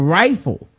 rifle